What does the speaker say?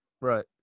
Right